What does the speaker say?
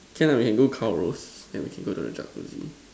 can ah we can go car roast then we can go to the Jacuzzi